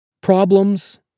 Problems